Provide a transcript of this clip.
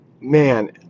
Man